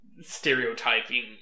stereotyping